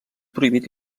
prohibit